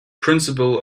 principle